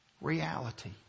reality